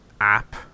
app